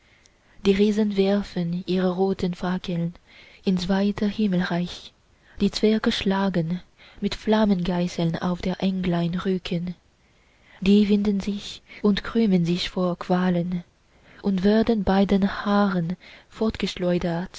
die riesen werfen ihre roten fackeln ins weite himmelreich die zwerge schlagen mit flammengeißeln auf der englein rücken die winden sich und krümmen sich vor qualen und werden bei den haaren